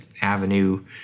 avenue